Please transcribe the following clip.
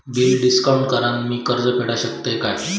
Bill discount करान मी कर्ज फेडा शकताय काय?